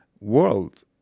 world